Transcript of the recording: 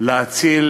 להציל